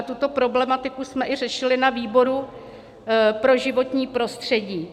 Tuto problematiku jsme řešili i na výboru pro životní prostředí.